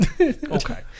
okay